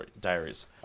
diaries